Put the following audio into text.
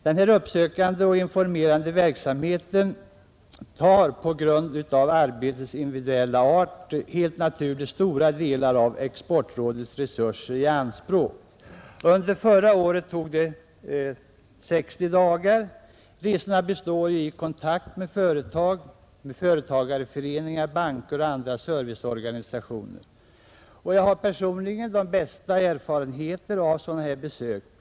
Denna uppsökande och informerande verksamhet tar på grund av arbetets individuella art helt naturligt stora delar av exportrådets resurser i anspråk. Under förra året tog den 60 dagar. Arbetet består i att man tar kontakt med företag, företagarföreningar, banker och andra serviceorganisationer. Jag har personligen de bästa erfarenheter av sådana här besök.